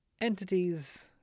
Entities